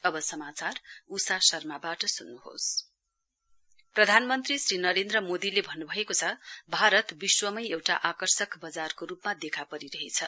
PM प्रधानमन्त्री श्री नरेन्द्र मोदीले भन्नुभएको छ भारत विश्वमै एउटै आकर्षक वजारको रुपमा देखा परिरहेछ